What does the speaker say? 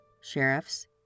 sheriffs